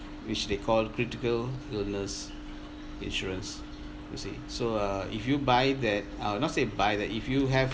which they call critical illness insurance you see so uh if you buy that uh not say buy that if you have